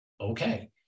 okay